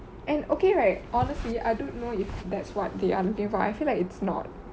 and okay right honestly I don't know if that's what they are looking for I feel like it's not